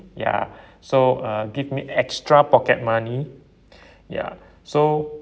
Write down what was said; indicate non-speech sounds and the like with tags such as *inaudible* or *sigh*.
ya *breath* so uh give me extra pocket money *breath* ya so